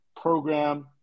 program